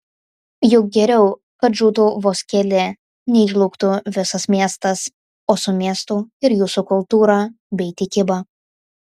juk geriau kad žūtų vos keli nei žlugtų visas miestas o su miestu ir jūsų kultūra bei tikyba